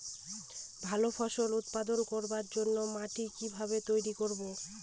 ভালো ফসল উৎপাদন করবার জন্য মাটি কি ভাবে তৈরী করব?